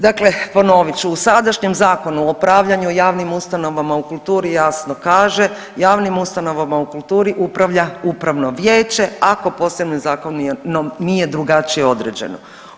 Dakle, ponovit ću u sadašnjem Zakonu o upravljanju javnim ustanovama u kulturi jasno kaže, javnim ustanovama u kulturi upravlja upravno vijeće ako posebno zakonom nije drugačije određeno.